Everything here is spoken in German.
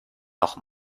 noch